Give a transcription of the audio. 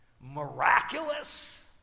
miraculous